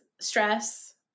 stress